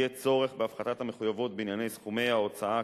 יהיה צורך בהפחתת המחויבויות בעניין סכומי ההוצאה